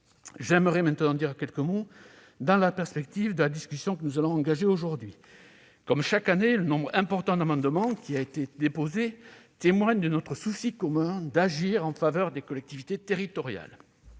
Je dirai maintenant quelques mots dans la perspective de la discussion que nous allons engager aujourd'hui. Comme chaque année, le nombre élevé d'amendements qui a été déposé témoigne de notre souci commun d'agir en faveur des collectivités territoriales.